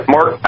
Mark